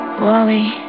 Wally